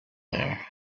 there